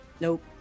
Nope